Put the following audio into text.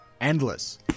endless